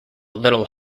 little